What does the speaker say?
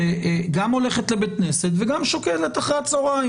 שגם הולכת לבית כנסת וגם שוקלת אחרי הצוהריים